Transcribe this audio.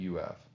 UF